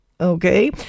Okay